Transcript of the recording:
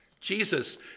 Jesus